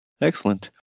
Excellent